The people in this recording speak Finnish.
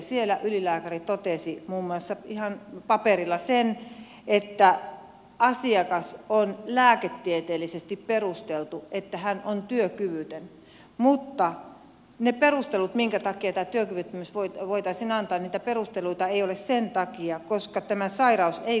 siellä ylilääkäri totesi muun muassa ihan paperilla sen että on lääketieteellisesti perusteltu että asiakas on työkyvytön mutta niitä perusteluja minkä takia tämä työkyvyttömyys voitaisiin antaa ei ole sen takia että tämä sairaus ei kuulu diagnoosi luetteloon